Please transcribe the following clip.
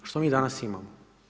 Što mi danas imamo?